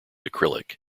acrylic